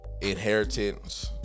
inheritance